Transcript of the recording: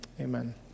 amen